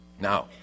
Now